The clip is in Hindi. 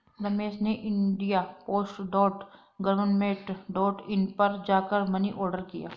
रमेश ने India post dot government dot in पर जा कर मनी ऑर्डर किया